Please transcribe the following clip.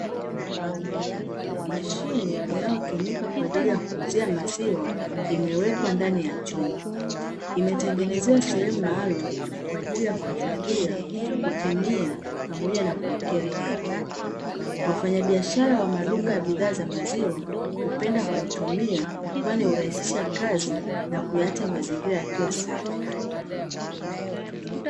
Mashine inayotumika kwa ajili ya kuuzia maziwa imewekwa ndani ya chumba. Imetengenezewa sehemu maalumu kwa ajili ya kuhifadhia, kupimia pamoja na kuwekea hela. Wafanyabiashara wa maduka ya bidhaa za maziwa hupenda kuitumia kwani hurahisisha kazi na kuyaacha mazingira yakiwa safi.